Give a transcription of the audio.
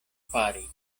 fari